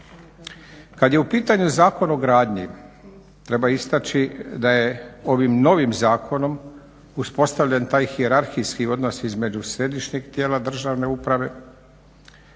Kad je u pitanju Zakon o gradnji treba istaći da je ovim novim zakonom uspostavljen taj hijerarhijski odnos između Središnjeg tijela državne uprave